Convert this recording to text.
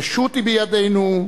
רשות היא בידינו,